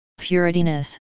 purityness